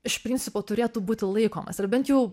iš principo turėtų būti laikomasi ar bent jau